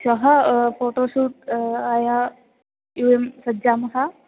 श्वः फ़ोटोशूट् आय वयं सज्जामः